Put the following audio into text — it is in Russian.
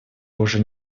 уже